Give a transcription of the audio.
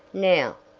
now,